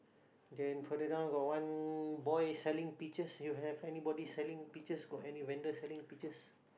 then further down got one boy selling peaches you have anybody selling peaches got any vendor selling peaches